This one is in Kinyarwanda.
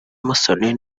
musoni